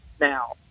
now